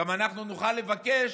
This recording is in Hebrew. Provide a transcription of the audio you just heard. וגם, אנחנו נוכל לבקש